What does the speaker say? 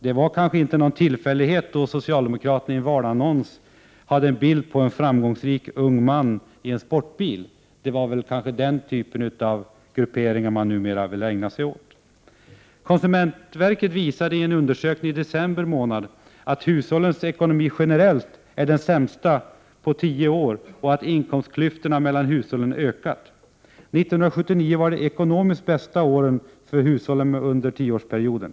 Det var kanske inte någon tillfällighet då socialdemokraterna i en valannons hade en bild på en framgångsrik ung man i en sportbil. Det är kanske den typen av grupper man numera vill ägna sig åt. Konsumentverket visade i en undersökning i december månad att hushållens ekonomi generellt är den sämsta på tio år, och att inkomstklyftorna mellan hushållen ökat. 1979 var det ekonomiskt bästa året för hushållen under tioårsperioden.